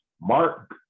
Mark